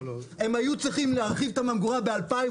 הם היו צריכים להרחיב את הממגורה ב-2015,